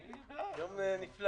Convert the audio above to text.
אני בעד.